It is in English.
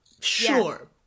Sure